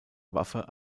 waffe